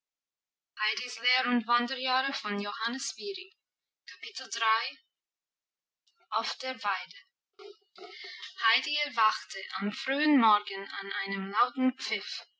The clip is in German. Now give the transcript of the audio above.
auf der weide heidi erwachte am frühen morgen an einem lauten pfiff